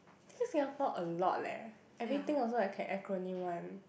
actuallly Singapore a lot leh everything also I can acronym one